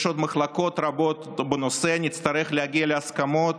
יש עוד מחלוקות רבות בנושא, נצטרך להגיע להסכמות,